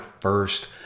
first